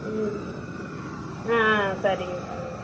ம் ஆ ஆ சரிங்க சரிங்க